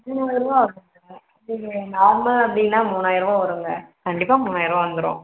மூவாயரூபா ஆகுங்க நீங்கள் நார்மல் அப்படின்னா மூணாயர ரூபா வருங்க கண்டிப்பாக மூவாயர ரூபா வந்துடும்